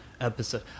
episode